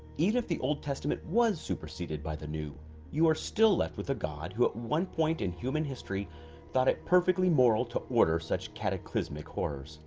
even if the old testament was superseded by the new you are still left with a god who at one point in human history thought it perfectly moral to order such cataclysmic horrors